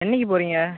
என்னைக்கு போகிறீங்க